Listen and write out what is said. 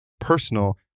personal